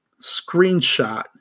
screenshot